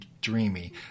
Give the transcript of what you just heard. dreamy